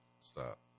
Stop